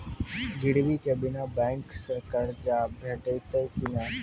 गिरवी के बिना बैंक सऽ कर्ज भेटतै की नै?